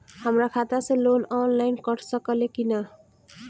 हमरा खाता से लोन ऑनलाइन कट सकले कि न?